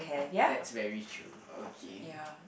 that's very true okay